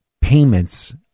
payments